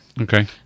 Okay